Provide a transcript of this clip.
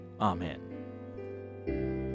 Amen